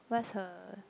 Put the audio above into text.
what's her